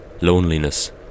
Loneliness